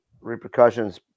repercussions